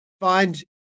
find